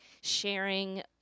sharing